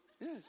Yes